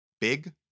big